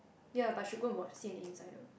ya but should go and watch C_N_A insider